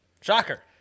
Shocker